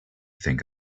think